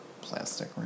Plastic